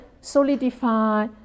solidify